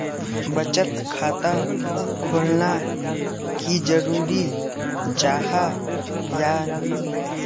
बचत खाता खोलना की जरूरी जाहा या नी?